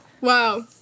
Wow